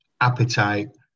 appetite